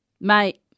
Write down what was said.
Mate